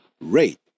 rate